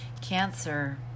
Cancer